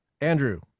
Andrew